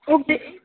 okay